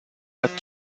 wet